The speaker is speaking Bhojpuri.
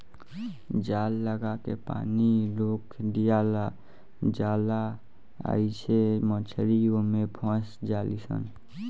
जाल लागा के पानी रोक दियाला जाला आइसे मछली ओमे फस जाली सन